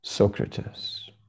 Socrates